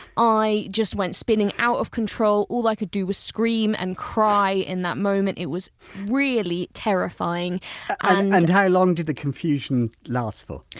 i just went spinning out of control, all i could do was scream and cry in that moment, it was really terrifying and and how long did the confusion last for?